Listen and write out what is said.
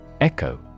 Echo